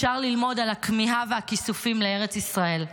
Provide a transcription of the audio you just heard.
אפשר ללמוד על הכמיהה והכיסופים לארץ ישראל.